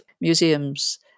museums